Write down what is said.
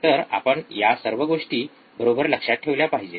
तर आपण सर्व ह्या गोष्टी बरोबर लक्षात ठेवल्या पाहिजेत